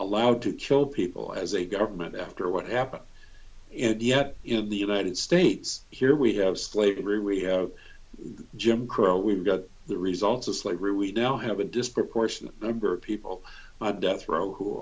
allowed to kill people as a government after what happened and yet in the united states here we have slavery we have jim crow we've got the results of slavery we now have a disproportionate number of people by death row who